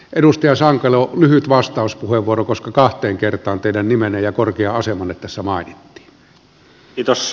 edustaja sankelo lyhyt vastauspuheenvuoro koska kahteen kertaan teidän nimenne ja korkea asemanne tässä mainittiin